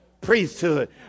priesthood